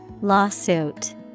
Lawsuit